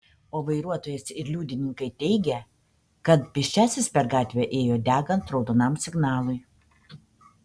o vairuotojas ir liudininkai teigia kad pėsčiasis per gatvę ėjo degant raudonam signalui